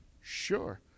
Sure